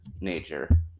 nature